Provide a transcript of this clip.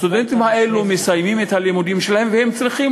הסטודנטים האלו מסיימים את הלימודים שלהם והם צריכים